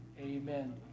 amen